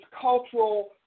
cultural